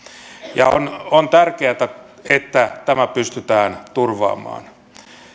ja on on tärkeätä että tämä pystytään turvaamaan